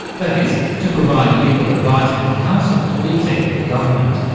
that is, to provide legal advice and counsel to the executive government.